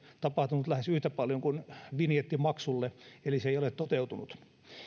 tapahtunut lähes yhtä paljon kuin vinjettimaksulle eli se ei ole toteutunut